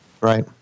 right